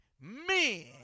men